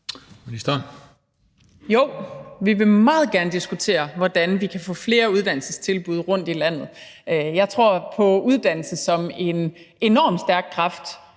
Jo, vi vil meget gerne diskutere, hvordan vi kan få flere uddannelsestilbud rundtom i landet. Jeg tror på uddannelse som en enorm stærk kraft,